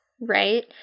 Right